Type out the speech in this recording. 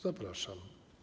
Zapraszam.